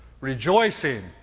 rejoicing